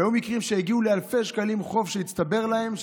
היו מקרים שהגיעו לחוב שהצטבר להם לאלפי שקלים,